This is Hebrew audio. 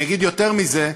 אני אגיד יותר מזה: